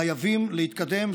חייבים להתקדם.